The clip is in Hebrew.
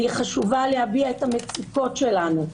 והיא חשובה להביע את המצוקות שלנו.